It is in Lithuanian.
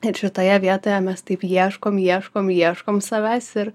ir šitoje vietoje mes taip ieškom ieškom ieškom savęs ir